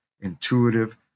intuitive